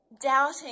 doubting